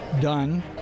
done